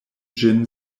ĝin